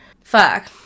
Fuck